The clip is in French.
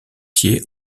thiais